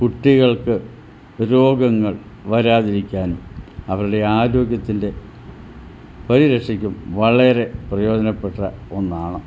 കുട്ടികൾക്ക് രോഗങ്ങൾ വരാതിരിക്കാനും അവരുടെ ആരോഗ്യത്തിൻ്റെ പരിരക്ഷയ്ക്കും വളരെ പ്രയോജനപ്പെട്ട ഒന്നാണ്